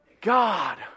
God